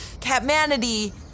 Cat-manity